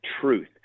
truth